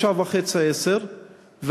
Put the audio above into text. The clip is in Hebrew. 09:30,